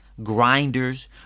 grinders